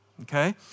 Okay